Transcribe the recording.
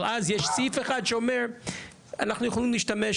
אז יש סעיף אחד שאומר אנחנו יכולים להשתמש,